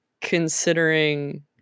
considering